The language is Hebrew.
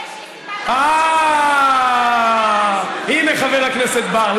יש לי סיבה, אה, הינה, חבר הכנסת בר.